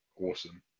Awesome